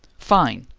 fine!